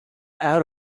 out